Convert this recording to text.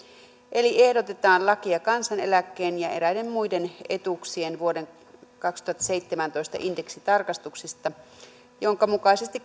eli ehdotetaan lakia kansaneläkkeen ja eräiden muiden etuuksien vuoden kaksituhattaseitsemäntoista indeksitarkastuksista joiden mukaisesti